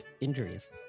injuries